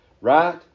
Right